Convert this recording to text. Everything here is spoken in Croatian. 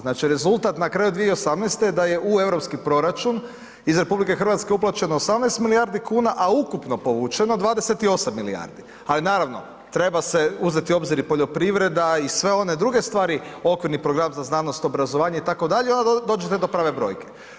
Znači, rezultat na kraju 2018. da je u Europski proračun iz RH uplaćeno 18 milijardi kuna, a ukupno povučeno 28 milijardi, ali naravno treba se uzeti u obzir i poljoprivreda i sve one druge stvari okvirni program za znanost, obrazovanje itd., onda dođete do prave brojke.